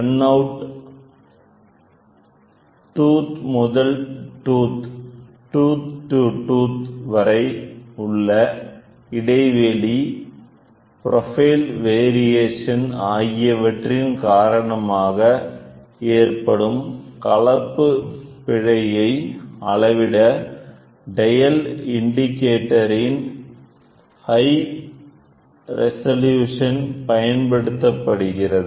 run-out tooth முதல் tooth வரை உள்ள இடைவெளி ப்ரோபைல் வேரியேஷன் ஆகியவற்றின் காரணமாக ஏற்படும் கலப்பு பிழையை அளவிட டயல் இன்டிகேட்டர் இன் ஹை ரெஷலுஷன் பயன்படுத்தப்படுகிறது